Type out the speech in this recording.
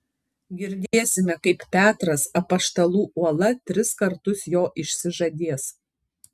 girdėsime kaip petras apaštalų uola tris kartus jo išsižadės